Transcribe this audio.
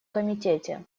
комитете